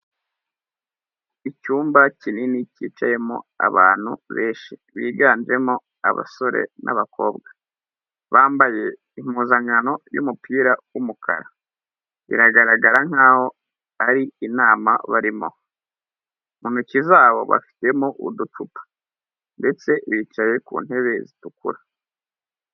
Icyumba kinini cyicayemo abantu benshi biganjemo abasore n'abakobwa, bambaye impuzankano y'umupira w'umukara biragaragara nk'aho ari inama barimo, mu ntoki z'abo bafitemo uducupa ndetse bicaye ku ntebe zitukura.